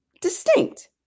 Distinct